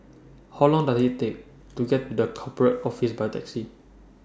How Long Does IT Take to get to The Corporate Office By Taxi